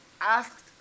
asked